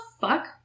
fuck